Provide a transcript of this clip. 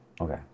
Okay